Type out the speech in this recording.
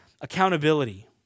accountability